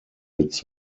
its